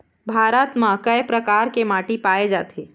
भारत म कय प्रकार के माटी पाए जाथे?